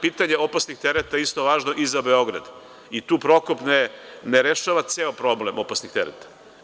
Pitanje opasnih tereta je isto važno i za Beograd i tu „Prokop“ ne rešava ceo problem opasnih tereta.